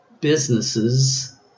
businesses